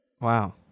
Wow